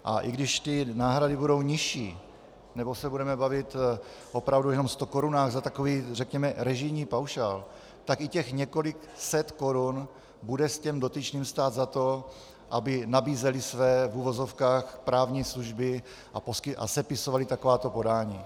A i když ty náhrady budou nižší, nebo se budeme bavit opravdu jenom o stokorunách za takový režijní paušál, tak i těch několik set korun bude těm dotyčným stát za to, aby nabízeli své, v uvozovkách, právní služby a sepisovali takováto podání.